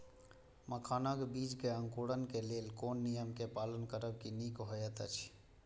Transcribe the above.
मखानक बीज़ क अंकुरन क लेल कोन नियम क पालन करब निक होयत अछि?